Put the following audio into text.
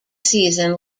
season